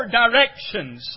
directions